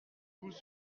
vous